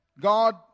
God